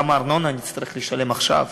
כמה ארנונה אני אצטרך לשלם עכשיו